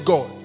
God